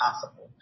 possible